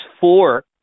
four